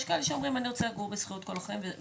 יש כאלה שאומרים "אני רוצה לגור בשכירות כל החיים וזה סבבה".